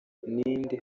n’indi